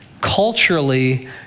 Culturally